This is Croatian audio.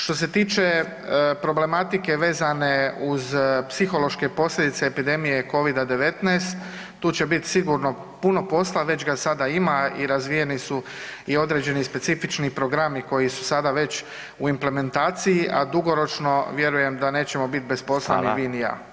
Što se tiče problematike vezane uz psihološke posljedice epidemije Covida-19 tu će biti sigurno puno posla, već ga i sada ima i razvijeni su i određeni specifični programi koji su sada već u implementaciji, a dugoročno vjerujem da nećemo biti bez posla ni vi ni ja.